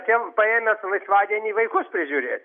tiem paėmęs laisvadienį vaikus prižiūrėt